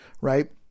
right